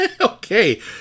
Okay